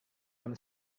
jam